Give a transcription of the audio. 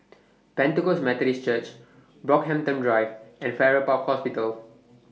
Pentecost Methodist Church Brockhampton Drive and Farrer Park Hospital